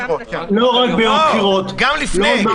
לא רק ביום הבחירות, גם לפני.